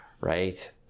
right